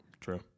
True